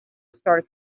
started